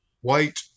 white